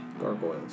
gargoyles